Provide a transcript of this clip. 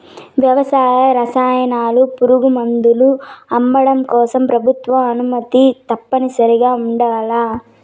వ్యవసాయ రసాయనాలు, పురుగుమందులు అమ్మడం కోసం ప్రభుత్వ అనుమతి తప్పనిసరిగా ఉండల్ల